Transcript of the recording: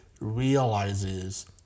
realizes